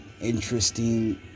interesting